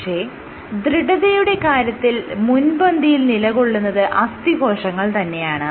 പക്ഷെ ദൃഢതയുടെ കാര്യത്തിൽ മുൻപന്തിയിൽ നിലകൊള്ളുന്നത് അസ്ഥി കോശങ്ങൾ തന്നെയാണ്